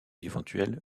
éventuelle